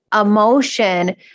emotion